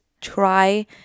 try